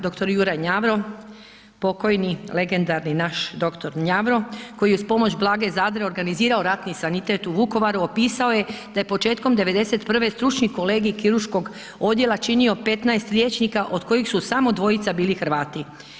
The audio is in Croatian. Dr. Juraj Njavro, pokojni, legendarni naš dr. Njavro koji je uz pomoć Blage Zadre organizirao ratni sanitet u Vukovaru opisao je da je početkom '91. stručni kolegij kirurškog odjela činio 15 liječnika od kojih su samo 2-ica bili Hrvati.